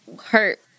hurt